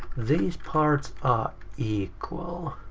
these parts are equal.